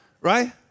Right